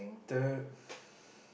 the